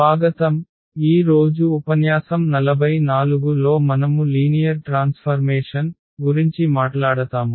స్వాగతం ఈ రోజు ఉపన్యాసం 44 లో మనము లీనియర్ ట్రాన్స్ఫర్మేషన్ గురించి మాట్లాడతాము